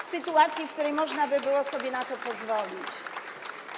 w sytuacji, w której można by było sobie na to pozwolić.